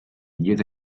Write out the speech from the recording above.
diede